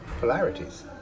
polarities